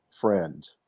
friend